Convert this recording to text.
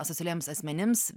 asocialiems asmenims